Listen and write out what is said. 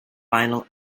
final